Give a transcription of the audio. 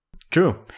True